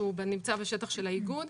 שהוא נמצא בשטח של האיגוד.